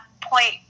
point